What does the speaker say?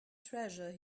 treasure